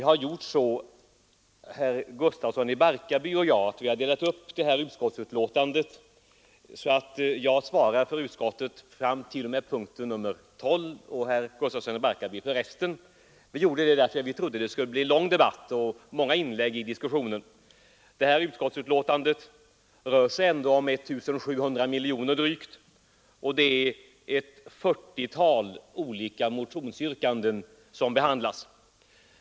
Herr talman! Herr Gustafsson i Barkarby och jag har delat upp detta utskottsbetänkande så att jag svarar för utskottet fram till och med punkten 12 och herr Gustafsson svarar för resten. Vi gjorde det därför att vi trodde att det skulle bli en lång debatt och många inlägg i diskussionen. Utskottsbetänkandet rör sig ju ändå om drygt 1 700 miljoner kronor, och det är ett 40-tal olika motionsyrkanden som där behandlas.